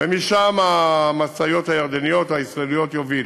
אפשר, ומשם המשאיות הירדניות או הישראליות יובילו.